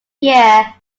year